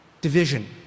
division